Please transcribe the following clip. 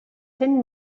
cent